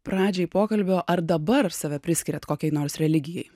pradžiai pokalbio ar dabar save priskiriat kokiai nors religijai